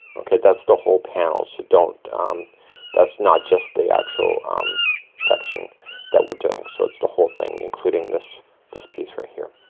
okay that's the whole panel. so don't, um that's not just the actual um section that we're doing. so it's the whole thing, including this this piece right here.